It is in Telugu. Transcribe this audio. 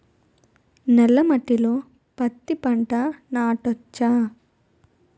నల్ల మట్టిలో పత్తి పంట నాటచ్చా?